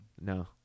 No